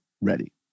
ready